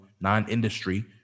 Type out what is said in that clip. non-industry